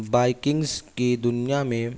بائکنگس کی دنیا میں